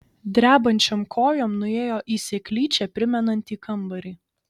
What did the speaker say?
drebančiom kojom nuėjo į seklyčią primenantį kambarį